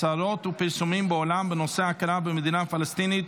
הצהרות ופרסומים בעולם בנושא הכרה במדינה פלסטינית